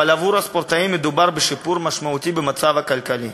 אבל עבור הספורטאים מדובר בשיפור משמעותי במצב הכלכלי.